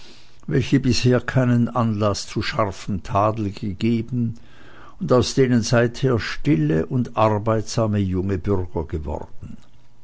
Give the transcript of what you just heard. welche bisher keinen anlaß zu scharfem tadel gegeben und aus denen seither stille und arbeitsame junge bürger geworden